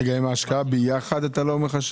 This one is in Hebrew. רגע אם ההשקעה ביחד אתה לא מחשב?